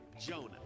Jonah